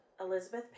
Elizabeth